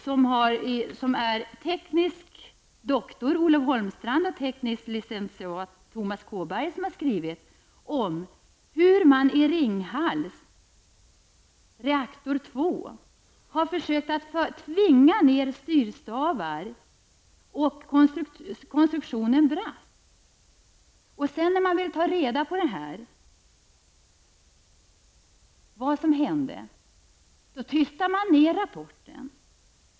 Det är en teknisk doktor och en teknisk licentiat som har skrivit om hur man i Ringhals reaktor 2 har försökt tvinga ned styrstavar så att konstruktionen brast. När man sedan vill undersöka detta -- vad som hände -- tystas rapporten ned.